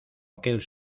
aquel